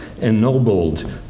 ennobled